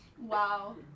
Wow